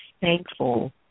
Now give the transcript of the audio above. thankful